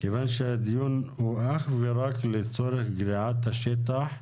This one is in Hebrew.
כיוון שהדיון הוא אך ורק לצורך גריעת השטח,